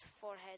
forehead